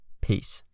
Peace